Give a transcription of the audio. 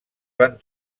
van